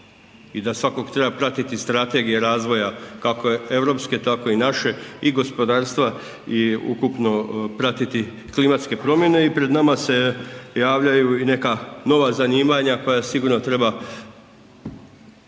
i da svakako treba pratiti strategije razvoja, kako europske tako i naše i gospodarstva i ukupno pratit klimatske promjene i pred nama se javljaju i neka nova zanimanja koja sigurno treba